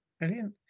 brilliant